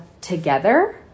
together